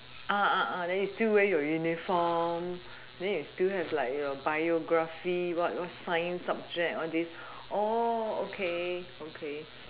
then you still wear your uniform then you still have like your biography what what science subject all these